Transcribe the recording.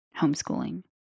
homeschooling